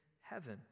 heaven